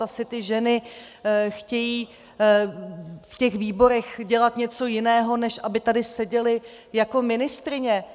Asi ty ženy chtějí v těch výborech dělat něco jiného, než aby tady seděly jako ministryně.